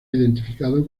identificado